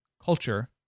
Culture